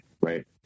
Right